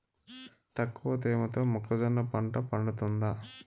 తక్కువ తేమతో మొక్కజొన్న పంట పండుతుందా?